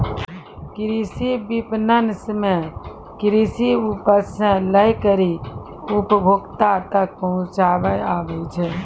कृषि विपणन मे कृषि उपज से लै करी उपभोक्ता तक पहुचाबै आबै छै